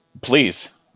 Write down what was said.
Please